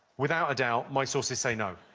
without a doubt, my sources say no.